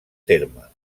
terme